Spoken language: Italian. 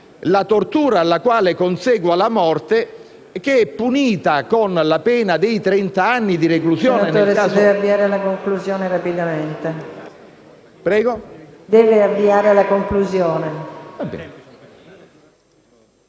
della tortura alla quale consegua la morte, che è punita con la pena di trent'anni di reclusione.